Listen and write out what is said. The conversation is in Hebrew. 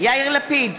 יאיר לפיד,